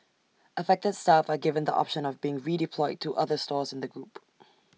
affected staff are given the option of being redeployed to other stores in the group